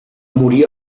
morir